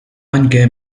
anche